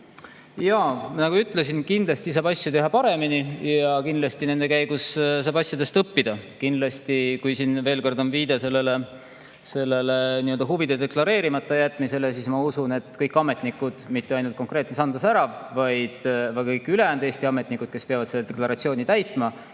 Nagu ma ütlesin, kindlasti saab asju teha paremini ja kindlasti nende käigus saab õppida. Siin oli veel kord viide sellele huvide deklareerimata jätmisele. Ma usun, et kõik ametnikud – mitte ainult konkreetselt Sandra Särav, vaid ka kõik ülejäänud Eesti ametnikud, kes peavad seda deklaratsiooni täitma